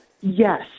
Yes